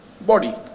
body